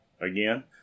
again